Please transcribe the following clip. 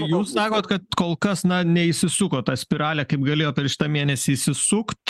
jūs sakot kad kol kas na neįsisuko ta spiralė kaip galėjo per šitą mėnesį įsisukt